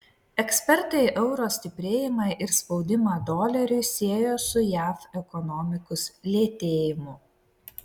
ekspertai euro stiprėjimą ir spaudimą doleriui siejo su jav ekonomikos lėtėjimu